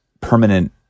permanent